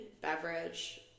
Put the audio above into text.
beverage